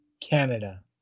Canada